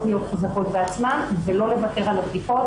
להיות חזקות בעצמן ולא לוותר על הבדיקות,